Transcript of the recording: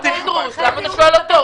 למה אתה שואל אותו?